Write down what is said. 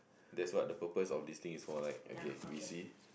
that's what the purpose of this thing is for like okay we see